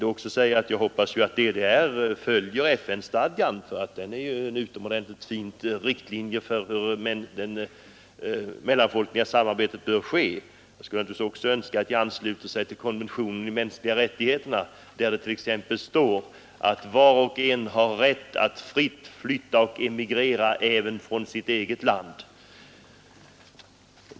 Givetvis förutsätter jag då att DDR också följer FN-stadgan; den är ju en utomordentligt fin riktningsgivare för hur mellanfolkligt samarbete bör etableras Vidare skulle jag önska att Östtyskland ansluter sig till konventionen om de mänskliga rättigheterna, där det bl.a. står att var och en har rätt att fritt flytta och emigrera, även från sitt eget land.